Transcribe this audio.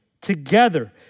together